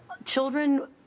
Children